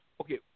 Okay